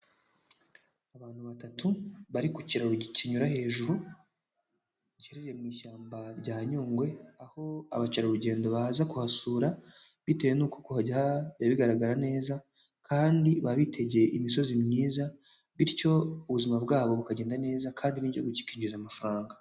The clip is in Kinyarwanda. Abantu batatu bari ku kiraro kinyura hejuru giherereye mu ishyamba rya Nyungwe, aho abakerarugendo baza kuhasura bitewe n'uko kuhajya biba bigaragara neza kandi baba bitegeye imisozi myiza, bityo ubuzima bwabo bukagenda neza kandi n'igihugu kikinjiza amafaranga.